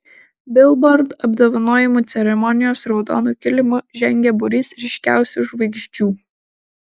bilbord apdovanojimų ceremonijos raudonu kilimu žengė būrys ryškiausių žvaigždžių